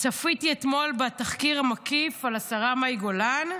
צפיתי אתמול בתחקיר המקיף על השרה מאי גולן.